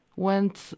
went